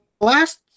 last